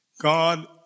God